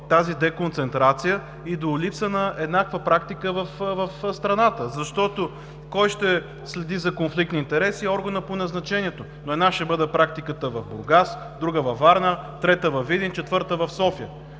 тази деконцентрация и до липса на еднаква практика в страната. Защото кой ще следи за конфликт на интереси? – Органът по назначението, но една ще бъде практиката в Бургас, друга – във Варна, трета – във Видин, четвърта – в София.